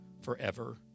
forever